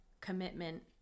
commitment